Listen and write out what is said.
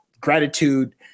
gratitude